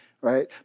right